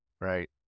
Right